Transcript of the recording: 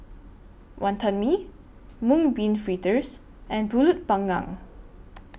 Wonton Mee Mung Bean Fritters and Pulut Panggang